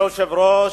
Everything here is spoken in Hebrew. אדוני היושב-ראש,